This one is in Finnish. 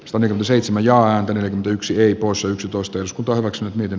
soneran seitsemän ja yksi viikossa yksitoista s books miten